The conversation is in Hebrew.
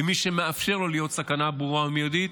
ומי שמאפשר לו להיות סכנה ברורה ומיידית